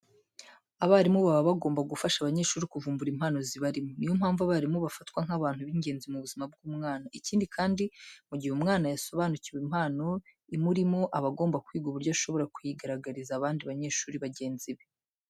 Abarimu baba bagomba gufasha abanyeshuri kuvumbura impano zibarimo. Niyo mpamvu abarimu bafatwa nk'abantu bigenzi ku buzima bw'umwana. Ikindi kandi, mu gihe umwana yasobanukiwe impano imurimo aba agomba kwiga uburyo ashobora kuyigaragariza abandi banyeshuri bagenzi be.